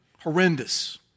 Horrendous